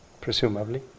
presumably